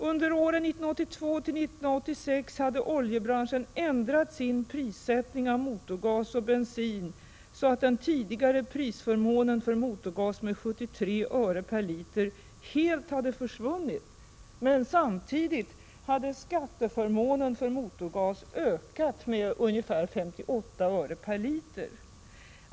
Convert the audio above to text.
Under åren 1982-1986 hade oljebranschen ändrat sin prissättning av motorgas och bensin så att den tidigare prisförmånen på motorgas med 73 öre per liter helt hade försvunnit. Men samtidigt hade skatteförmånerna för motorgas ökat med ungefär 58 öre per liter.